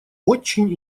очень